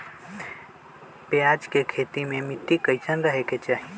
प्याज के खेती मे मिट्टी कैसन रहे के चाही?